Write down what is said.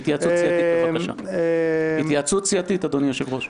התייעצות סיעתית בבקשה, אדוני היושב ראש.